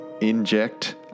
inject